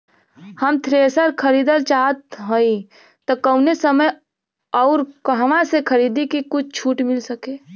हम थ्रेसर खरीदल चाहत हइं त कवने समय अउर कहवा से खरीदी की कुछ छूट मिल सके?